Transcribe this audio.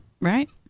right